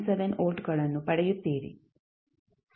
97 ವೋಲ್ಟ್ಗಳನ್ನು ಪಡೆಯುತ್ತೀರಿ